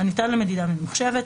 הניתן למדידה ממוחשבת,